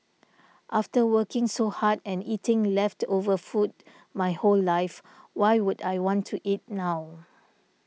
after working so hard and eating leftover food my whole life why would I want to eat it now